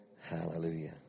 Hallelujah